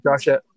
Josh